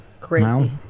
Crazy